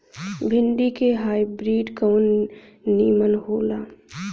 भिन्डी के हाइब्रिड कवन नीमन हो ला?